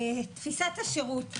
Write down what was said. תפיסת השירות,